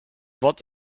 wort